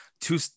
two